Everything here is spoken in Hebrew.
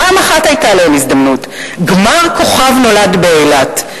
פעם אחת היתה להם הזדמנות: גמר "כוכב נולד" באילת.